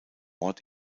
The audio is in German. ort